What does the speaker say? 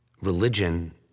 religion